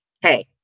Hey